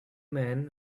men